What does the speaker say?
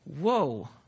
Whoa